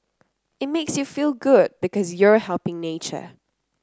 it makes you feel good because you're helping nature